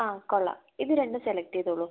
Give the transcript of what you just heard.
ആ കൊള്ളാം ഇത് രണ്ടും സെലക്ട് ചെയ്തോളൂ